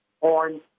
on